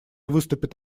выступит